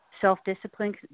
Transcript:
self-discipline